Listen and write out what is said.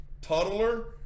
toddler